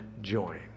join